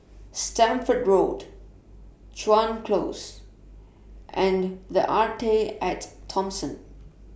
Stamford Road Chuan Close and The Arte At Thomson